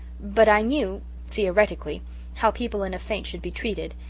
but i knew theoretically how people in a faint should be treated,